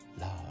love